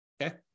Okay